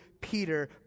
Peter